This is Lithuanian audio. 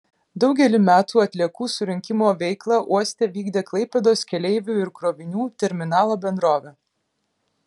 daugelį metų atliekų surinkimo veiklą uoste vykdė klaipėdos keleivių ir krovinių terminalo bendrovė